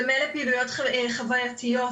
צמא לפעילויות חווייתיות,